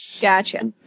Gotcha